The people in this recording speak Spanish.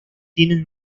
tienen